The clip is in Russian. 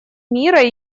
мира